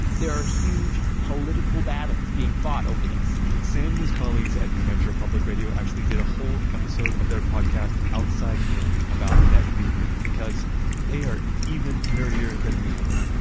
there are huge political battles being fought over this sam and his colleagues at new hampshire public radio actually did a whole episode of their podcast outside in about net metering, because they are even nerdier than we are.